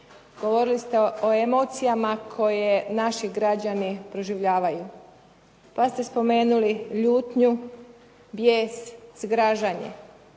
govorili ste o emocijama koje naši građani proživljavaju, pa ste spomenuli ljutnju, bijes, zgražanje.